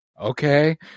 okay